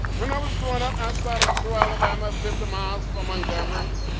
when i was brought up outside of troy, alabama, fifty miles from montgomery,